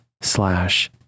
slash